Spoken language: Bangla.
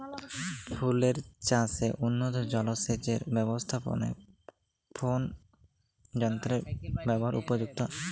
ফুলের চাষে উন্নত জলসেচ এর ব্যাবস্থাপনায় কোন যন্ত্রের ব্যবহার উপযুক্ত?